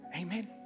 amen